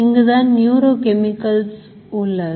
இங்குதான் neuro chemicals உள்ளது